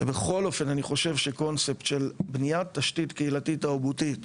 בכל אופן אני חושב שקונספט של בניית תשתית קהילתית תרבותית,